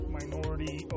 minority